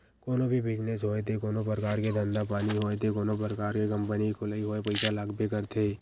कोनो भी बिजनेस होय ते कोनो परकार के धंधा पानी होय ते कोनो परकार के कंपनी के खोलई होय पइसा लागबे करथे